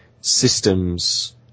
systems